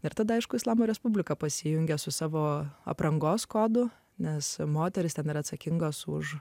ir tada aišku islamo respublika pasijungia su savo aprangos kodu nes moterys ten yra atsakingos už